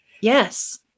Yes